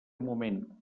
moment